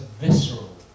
visceral